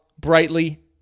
brightly